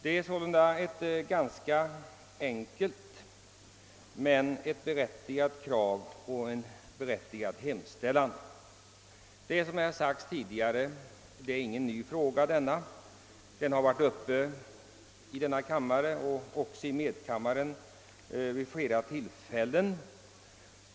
Det är ett enkelt och berättigat krav och en berättigad hemställan. Detta är, som tidigare sagts, ingen ny fråga. Den har varit uppe i denna kammare och även i medkammaren vid flera tillfällen.